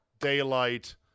Daylight